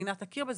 המדינה תכיר בזה,